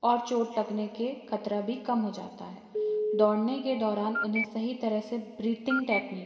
और चोट लगने के ख़तरा भी कम हो जाता है दौड़ने के दौरान उन्हें सही तरह से ब्रीतिंग टेक्नीक